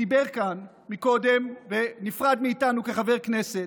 שדיבר כאן קודם ונפרד מאיתנו כחבר כנסת,